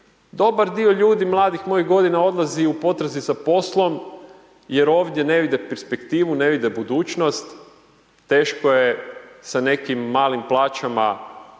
dobar dio ljudi, mladih mojih godina odlazi u potrazi za poslom jer ovdje ne vide perspektivu, ne vide budućnost, teško je sa nekim malim plaćama uštedjeti